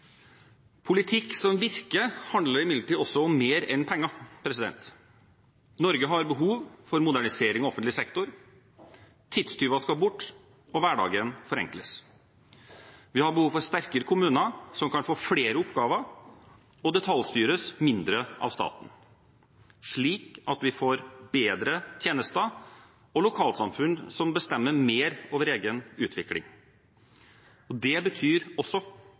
Politikk som virker, handler imidlertid også om mer enn penger. Norge har behov for modernisering av offentlig sektor, tidstyver skal bort og hverdagen forenkles. Vi har behov for sterkere kommuner som kan få flere oppgaver og detaljstyres mindre av staten, slik at vi får bedre tjenester og lokalsamfunn som bestemmer mer over egen utvikling. Det betyr også